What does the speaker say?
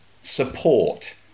support